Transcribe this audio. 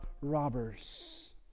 robbers